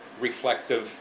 reflective